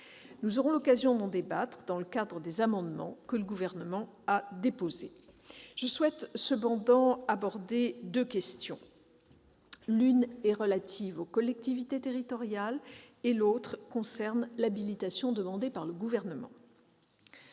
Nous aurons l'occasion d'en débattre dans le cadre de l'examen des amendements que le Gouvernement a déposés. Je souhaite cependant aborder deux questions : l'une est relative aux collectivités territoriales, l'autre concerne l'habilitation demandée par le Gouvernement.